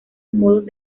modos